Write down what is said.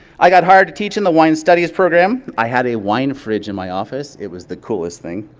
i got hired to teach in the wine studies program. i had a wine fridge in my office, it was the coolest thing.